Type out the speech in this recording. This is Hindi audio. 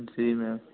जी मैम